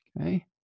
okay